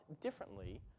differently